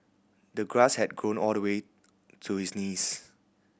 the grass had grown all the way to his knees